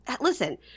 listen –